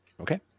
okay